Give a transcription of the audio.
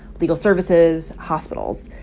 legal services, hospitals.